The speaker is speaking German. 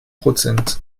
prozent